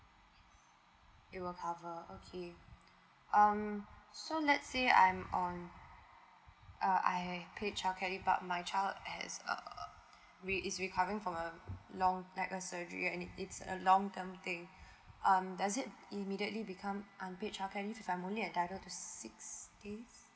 it will cover okay um so let's say I'm on uh I've paid child care leave but my child has uh we is recovering from uh long surgering it's a long term thing um does it immediately become unpaid child care leave as I'm only entitled to six days